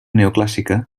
neoclàssica